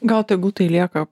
gal tegu tai lieka